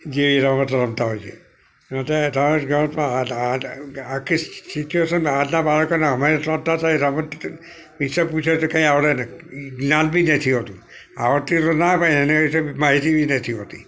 જેવી રમતો રમતા હોય છે નથી આખી સિચ્યુએશન આજના બાળકોને અમે તો રમતા હતા એ રમત વિશે કંઈ પૂછે તો કંઈક આવડે નહીં જ્ઞાન બી નથી હોતું આવડતી તો ના હોય પણ એના વિશે માહિતી બી નથી હોતી